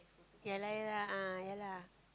ya lah ya lah ah ya lah